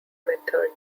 method